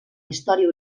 història